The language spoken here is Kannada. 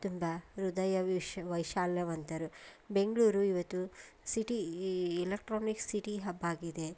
ತುಂಬ ಹೃದಯ ವಿಶ್ ವೈಶಾಲ್ಯವಂತರು ಬೆಂಗಳೂರು ಇವತ್ತು ಸಿಟಿ ಇಲೆಕ್ಟ್ರಾನಿಕ್ ಸಿಟಿ ಹಬ್ ಆಗಿದೆ